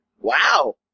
Wow